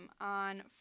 on